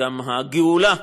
גם הגאולה,